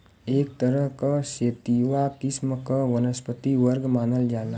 एक तरह क सेतिवा किस्म क वनस्पति वर्ग मानल जाला